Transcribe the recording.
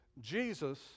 jesus